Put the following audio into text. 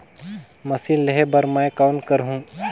Machine लेहे बर मै कौन करहूं?